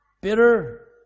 bitter